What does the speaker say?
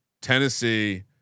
Tennessee